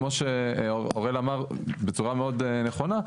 כמו שאוראל אמר בצורה מאוד נכונה,